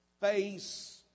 face